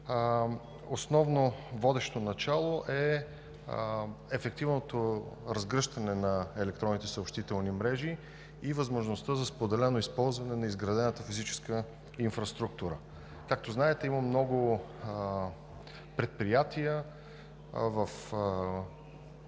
Основно водещо начало е ефективното разгръщане на електронните съобщителни мрежи и възможността за споделено използване на изградената физическа инфраструктура. Както знаете, има много предприятия в държавата,